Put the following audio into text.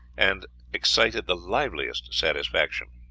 and excited the liveliest satisfaction.